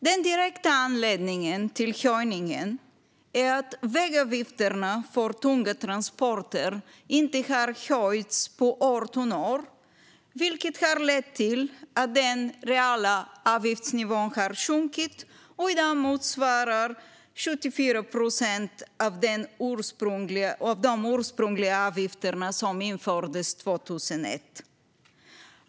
Den direkta anledningen till höjningen är att vägavgifterna för tunga transporter inte har höjts på 18 år, vilket har lett till att den reala avgiftsnivån har sjunkit och i dag motsvarar 74 procent av de ursprungliga avgiftsnivåerna som infördes 2001.